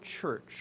church